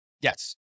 Yes